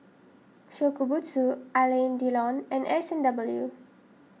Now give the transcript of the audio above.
Shokubutsu Alain Delon and S and W